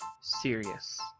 serious